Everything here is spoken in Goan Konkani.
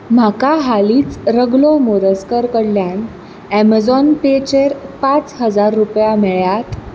म्हाका हालींच रगलो मोरजकर कडल्यान अमेझॉन पेचेर पांच हजार रुपया मेळ्ळ्यात